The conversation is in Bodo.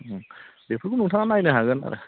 उम बेफोरखौ नोंथाङा नायनो हागोन आरो